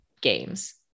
games